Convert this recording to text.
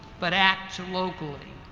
but act locally.